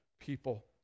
people